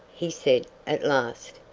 he said at last.